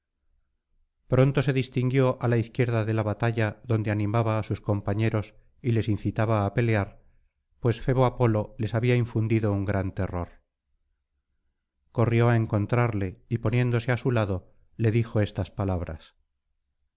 pronto le distinguió á la izquierda de la batalla donde animaba á sus compañeros y les incitaba á pelear pues febo apolo les había in fundido un gran terror corrió á encontrarle y poniéndose á su lado le dijo estas palabras